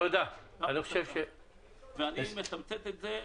אני מתמצת את זה,